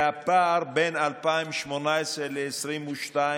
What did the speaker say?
והפער בין 2018 ל-2022,